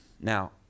Now